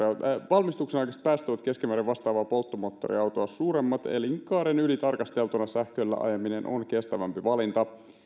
valmistuksen aikaiset päästöt ovat keskimäärin vastaavaa polttomoottoriautoa suuremmat elinkaaren yli tarkasteltuna sähköllä ajaminen on kestävämpi valinta